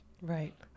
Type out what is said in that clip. right